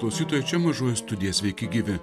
klausytojai čia mažoji studija sveiki gyvi